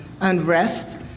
unrest